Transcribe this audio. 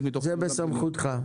זה בסמכותך.